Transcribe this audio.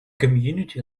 community